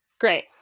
Great